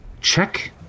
check